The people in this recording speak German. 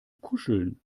kuscheln